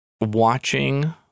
watching